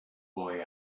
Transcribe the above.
boy